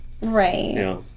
Right